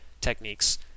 techniques